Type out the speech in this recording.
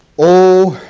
oh,